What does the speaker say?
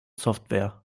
software